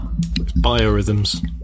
Biorhythms